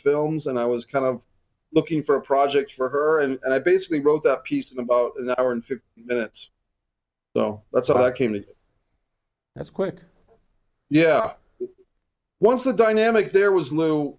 films and i was kind of looking for a project for her and i basically wrote that piece about an hour and fifteen minutes so that's what i came to that quick yeah once the dynamic there was l